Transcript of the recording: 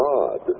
God